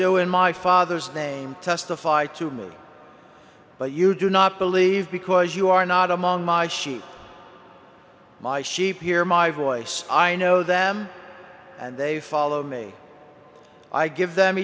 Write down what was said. do in my father's name testify to move but you do not believe because you are not among my sheep my sheep hear my voice i know them and they follow me i give them